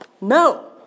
No